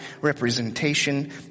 representation